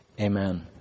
Amen